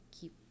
keep